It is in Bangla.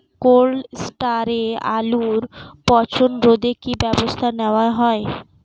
কোল্ড স্টোরে আলুর পচন রোধে কি ব্যবস্থা নেওয়া হয়?